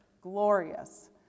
glorious